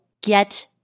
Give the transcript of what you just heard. get